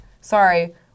sorry